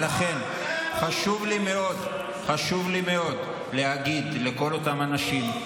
ולכן חשוב לי מאוד להגיד לכל אותם אנשים,